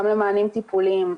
גם למענים טיפוליים,